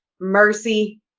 mercy